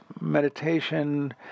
meditation